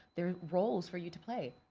there roles for you to play.